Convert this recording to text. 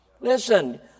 Listen